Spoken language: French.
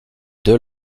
deux